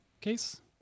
case